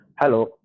Hello